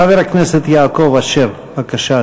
חבר הכנסת יעקב אשר, בבקשה,